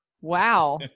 wow